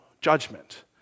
judgment